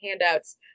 handouts